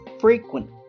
frequent